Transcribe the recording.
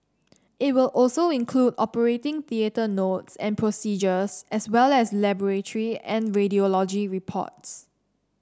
it will also include operating theatre notes and procedures as well as laboratory and radiology reports